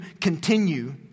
continue